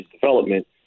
development